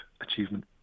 achievement